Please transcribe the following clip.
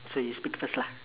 so you speak first lah